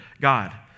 God